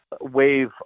wave